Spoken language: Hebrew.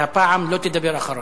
והפעם לא תדבר אחרון.